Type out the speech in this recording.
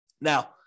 Now